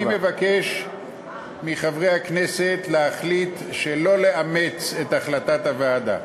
אני מבקש מחברי הכנסת להחליט שלא לאמץ את החלטת הוועדה.